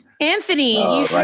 Anthony